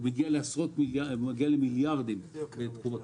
הוא מגיע למיליארדים בתחום הקניות.